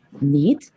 need